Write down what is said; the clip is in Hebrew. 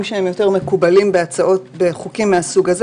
שיותר מקובלים בחוקים מהסוג הזה.